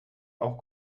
auch